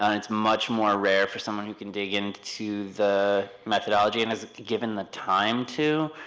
ah is much more rare for someone who can dig into the methodology and is given the time to.